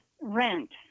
rent